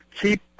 keep